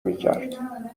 میکرد